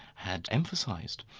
had emphasised.